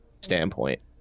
standpoint